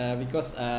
uh because uh